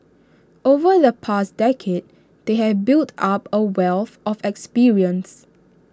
over the past decade they have built up A wealth of experience